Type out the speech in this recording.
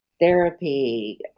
therapy